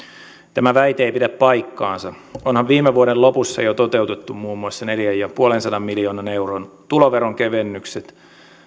tämä väite ei pidä paikkaansa onhan viime vuoden lopussa jo toteutettu muun muassa neljänsadanviidenkymmenen miljoonan euron tuloveron kevennykset